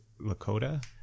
Lakota